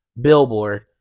billboard